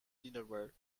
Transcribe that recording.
dinnerware